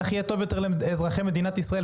כך יהיה טוב יותר לאזרחי מדינת ישראל.